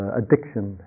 addiction